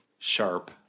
sharp